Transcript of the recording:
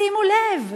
שימו לב,